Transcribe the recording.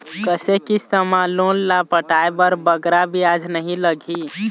कइसे किस्त मा लोन ला पटाए बर बगरा ब्याज नहीं लगही?